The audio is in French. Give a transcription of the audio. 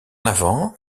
avant